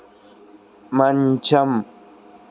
మంచం